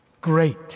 great